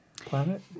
planet